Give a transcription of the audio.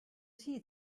see